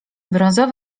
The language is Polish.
brązo